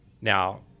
Now